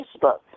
Facebook